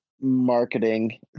marketing